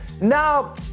Now